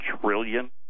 trillion